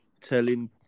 telling